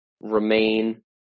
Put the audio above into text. remain